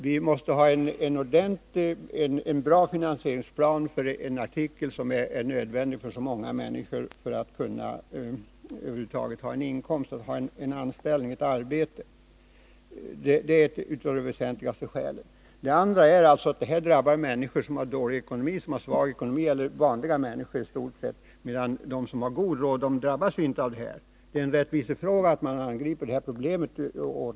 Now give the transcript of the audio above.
Vi måste ha en bra finansieringsplan för en artikel som är nödvändig för så många människor för att de över huvud taget skall kunna ha ett arbete och få en inkomst. Det är ett av de väsentligaste skälen. Ett annat skäl är att detta drabbar människor som har dålig ekonomi, medan de som har god råd inte drabbas. Det är därför en rättvisefråga att man angriper detta problem.